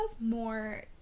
more